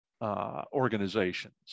Organizations